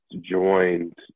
joined